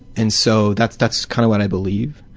and so that's that's kind of what i believe,